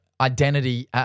identity